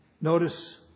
Notice